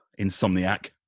Insomniac